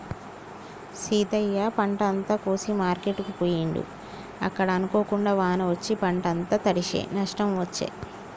సీతయ్య పంట అంత కోసి మార్కెట్ కు పోయిండు అక్కడ అనుకోకుండా వాన వచ్చి పంట అంత తడిశె నష్టం వచ్చే